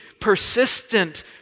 persistent